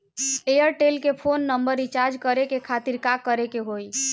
Airtel के phone number recharge करे के खातिर का करे के होई?